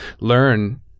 learn